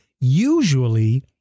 usually